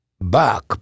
Back